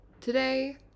today